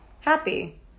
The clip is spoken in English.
happy